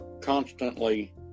constantly